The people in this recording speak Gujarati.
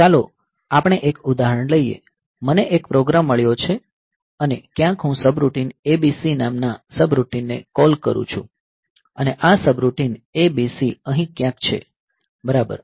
તો ચાલો આપણે એક ઉદાહરણ લઈએ મને એક પ્રોગ્રામ મળ્યો છે અને ક્યાંક હું સબરૂટીન ABC નામના સબરૂટીનને કૉલ કરું છું અને આ સબરૂટીન ABC અહીં ક્યાંક છે બરાબર